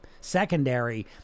secondary